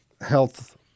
health